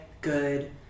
Good